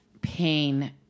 pain